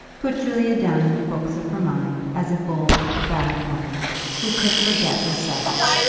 put julia down in the books of her mind as a bold, bad woman who could forget her sex,